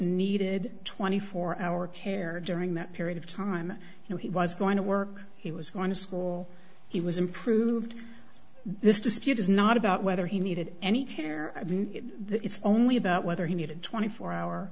needed twenty four hour care during that period of time and he was going to work he was going to school he was improved this dispute is not about whether he needed any care i mean it's only about whether he needed twenty four hour